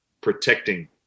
protecting